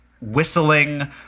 whistling